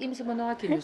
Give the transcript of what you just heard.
imsi mano akinius